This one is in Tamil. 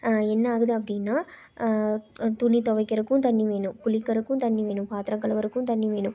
என்ன ஆகுது அப்படின்னா துணி துவைக்கிறக்கும் தண்ணி வேணும் குளிக்கிறக்கும் தண்ணி வேணும் பாத்திரம் கழுவறக்கும் தண்ணி வேணும்